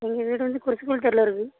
எங்க வீடு வந்து தெருவில் இருக்கு